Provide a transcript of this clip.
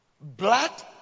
Blood